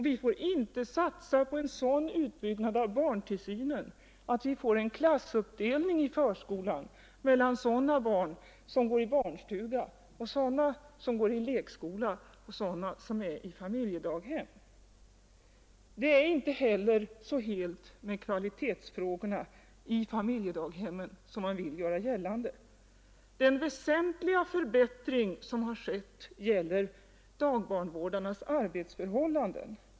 Vi får inte satsa på en sådan utbyggnad av barntillsynen, att det blir en klassuppdelning i förskolan mellan sådana barn som går i barnstuga, sådana som går i lekskola och sådana som är på familjedaghem. Det är inte heller så helt med kvaliteten inom familjevården som man vill göra gällande. Den väsentliga förbättring som har skett gäller dagbarnvårdarnas arbetsförhållanden.